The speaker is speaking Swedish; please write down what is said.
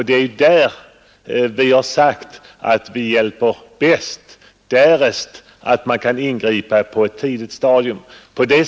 Det är just därför vi har sagt att man hjälper bäst om man kan ingripa på ett tidigt stadium.